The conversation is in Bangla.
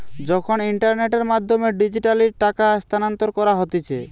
যখন ইন্টারনেটের মাধ্যমে ডিজিটালি টাকা স্থানান্তর করা হতিছে